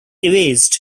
erased